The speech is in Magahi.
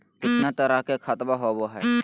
कितना तरह के खातवा होव हई?